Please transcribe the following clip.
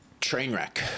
Trainwreck